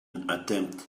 attempt